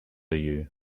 you